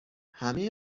همه